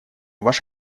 ваш